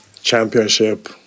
championship